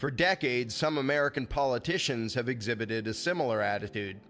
for decades some american politicians have exhibited a similar attitude